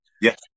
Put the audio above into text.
Yes